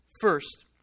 first